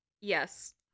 Yes